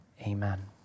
Amen